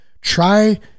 try